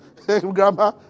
grandma